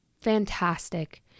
fantastic